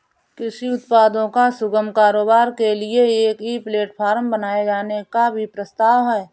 कृषि उत्पादों का सुगम कारोबार के लिए एक ई प्लेटफॉर्म बनाए जाने का भी प्रस्ताव है